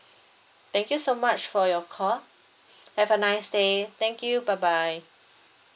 thank you so much for your call have a nice day thank you bye bye